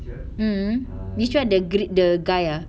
mm which one the gri~ the guy ah